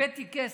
הבאתי כסף.